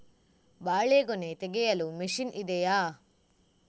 ಬಾಳೆಗೊನೆ ತೆಗೆಯಲು ಮಷೀನ್ ಇದೆಯಾ?